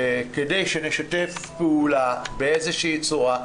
כדי שנשתף פעולה באיזה צורה,